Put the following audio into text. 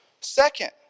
Second